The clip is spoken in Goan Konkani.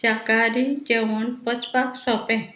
शाकाहारी जेवण पचपाक सोंपें